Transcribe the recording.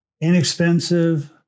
inexpensive